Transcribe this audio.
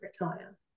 retire